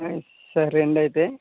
ఆ సరే అండి అయితే